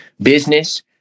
business